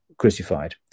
crucified